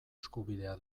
eskubidea